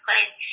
place